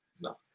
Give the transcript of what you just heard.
No